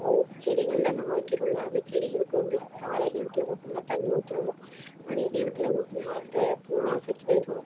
பூ செடிகளெலாம் நம்ம வைக்கிறோம்ல அந்த செடிகளுக்கு வந்து காலை நேரத்தில் மட்டும் தான் தண்ணி ஊற்றணும் மதிய நேரத்தில் ஊற்றினா அந்த பூவெலாம் செத்துப் போயிடும்